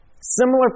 similar